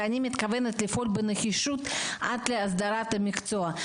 ואני מתכוונת לפעול בנחישות עד להסדרת המקצועות.